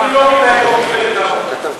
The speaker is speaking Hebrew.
אני לא נוהג כמו מפלגת העבודה.